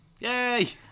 yay